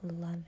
love